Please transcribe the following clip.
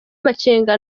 amakenga